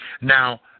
Now